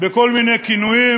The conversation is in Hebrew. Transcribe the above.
בכל מיני כינויים